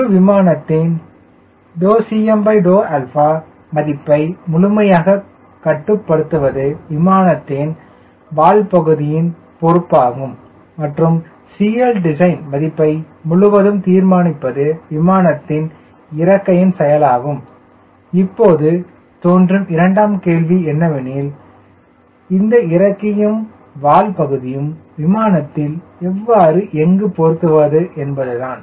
முழு விமானத்தின்∂CM∂ மதிப்பை முழுமையாக கட்டுப்படுத்துவது விமானத்தின் வால் பகுதியின் பொறுப்பு ஆகும் மற்றும் CL design மதிப்பை முழுவதும் தீர்மானிப்பது விமானத்தின் இறக்கையின் செயலாகும் இப்போது தோன்றும் இரண்டாம் கேள்வி என்னவெனில் இந்த இறக்கையும் வால் பகுதியும் விமானத்தில் எவ்வாறு எங்கு பொருத்துவது என்பதுதான்